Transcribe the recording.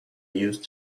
used